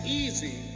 easy